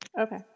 Okay